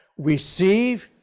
receive,